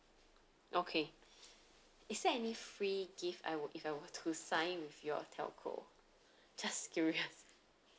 okay is there any free gift I were if I were to sign with your telco just curious